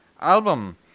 album